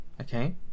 okay